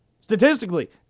Statistically